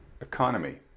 economy